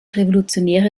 revolutionäre